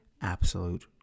absolute